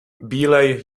bílej